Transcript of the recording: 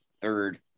third